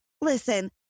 Listen